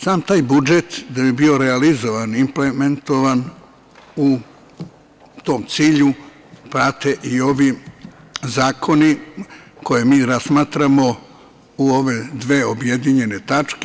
Sam taj budžet da bi bio realizovan, implementovan u tom cilju, prate i ovi zakoni koje mi razmatramo u ove dve objedinjene tačke.